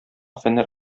фәннәр